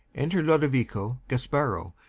enter lodovico, gasparo,